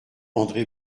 andré